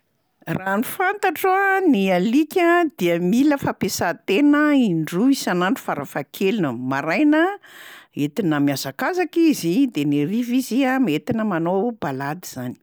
Raha ny fantatro a, ny alika dia mila fampiasan-tena indroa isan'andro farahakeliny: maraina entina mihazakazaka izy de ny hariva izy a m- entina manao balady.